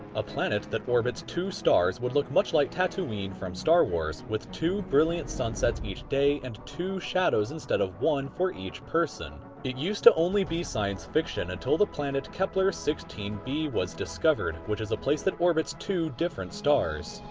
a planet that orbits two stars would look much like tatooine from star wars, with two brilliant sunsets each day and two shadows instead of one for each person. it used to only be science fiction until the planet kepler sixteen b was discovered, which is a place that orbits two different stars.